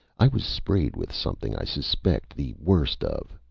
i was sprayed with something i suspect the worst of,